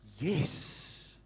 yes